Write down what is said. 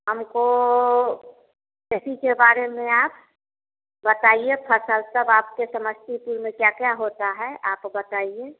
हमको खेती के बारे में आप बताइए फसल सब आपके समस्तीपुर में क्या क्या होता है आप बताइए